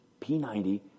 P90